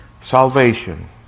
Salvation